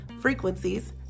frequencies